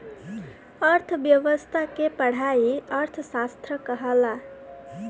अर्थ्व्यवस्था के पढ़ाई अर्थशास्त्र कहाला